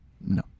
No